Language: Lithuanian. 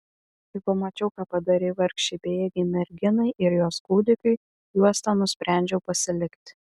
kai pamačiau ką padarei vargšei bejėgei merginai ir jos kūdikiui juostą nusprendžiau pasilikti